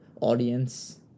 audience